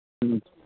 ꯎꯝ